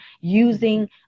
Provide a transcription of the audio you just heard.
using